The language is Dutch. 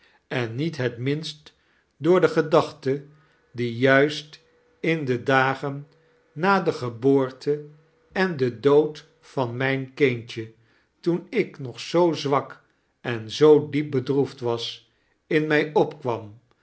en niet het minst door de gedachte die juist in de dagen na de geboorte en den dood van mijn kindje toen ik nog zoo zwak en zoo diep bedroefd was in mij opkwam